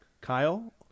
Kyle